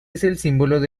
esencial